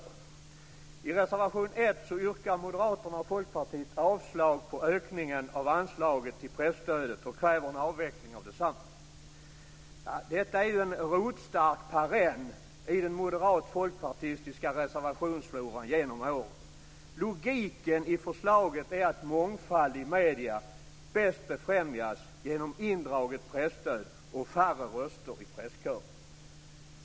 I reservation 1 yrkar Moderaterna och Folkpartiet avslag på ökningen av anslaget till pressstödet och kräver en avveckling av detsamma. Detta är ju en rotstark perenn i den moderat-folkpartistiska reservationsfloran genom åren. Logiken i förslaget är att mångfald i media bäst befrämjas genom indraget presstöd och färre röster i presskören.